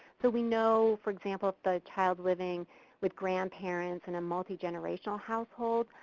so we know, for example, the child living with grandparents in a multigenerational household.